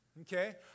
okay